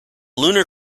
lunar